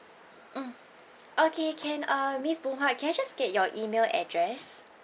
mm okay can in uh miss boon huat can I just get your email address